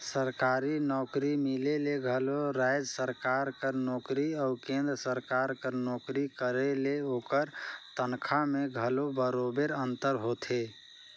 सरकारी नउकरी मिले में घलो राएज सरकार कर नोकरी अउ केन्द्र सरकार कर नोकरी करे ले ओकर तनखा में घलो बरोबेर अंतर होथे